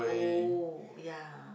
oh ya